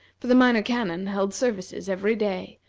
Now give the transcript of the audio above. for the minor canon held services every day,